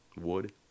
Wood